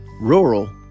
Rural